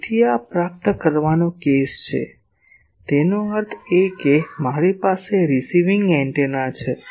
તેથી આ પ્રાપ્ત કરવાનો કેસ છે તેનો અર્થ એ કે મારી પાસે રીસીવિંગ એન્ટેના છે